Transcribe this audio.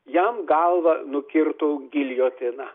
jam galvą nukirto giljotina